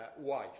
wife